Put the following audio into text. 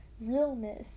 realness